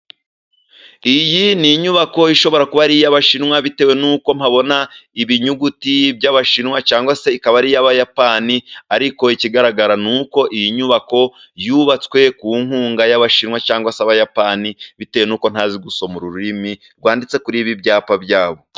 Iyi ni inyubako ishobora kuba ari iy'Abashinwa bitewe n'uko mpabona ibinyuguti by'Abashinwa, cyangwa se ikaba ari iy'Abayapani, ariko ikigaragara ni uko iyi nyubako yubatswe ku nkunga y'Abashinwa cyangwa se Abayapani, bitewe n'uko ntazi gusoma ururimi rwanditse kuri ibi byapa byabo.